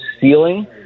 ceiling